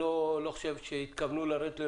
אני לא חושב שהתכוונו לרדת לרזולוציות.